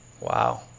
Wow